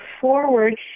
forward